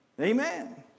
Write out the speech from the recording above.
Amen